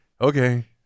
Okay